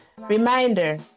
Reminder